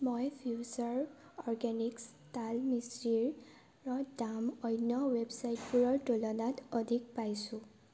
মই future organics তাল মিচিৰিৰ দাম অন্য ৱেবছাইটবোৰৰ তুলনাত অধিক পাইছোঁ